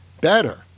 better